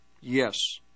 Yes